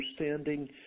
understanding